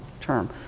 term